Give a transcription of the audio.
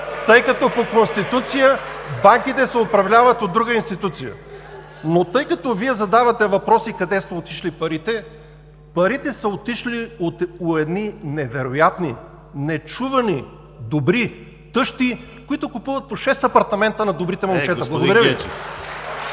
тъй като по Конституция банките се управляват от друга институция. Но тъй като Вие задавате въпроси къде са отишли парите – парите са отишли у едни невероятни, нечувани, добри тъщи, които купуват по шест апартамента на добрите момчета. Благодаря Ви.